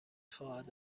خواهد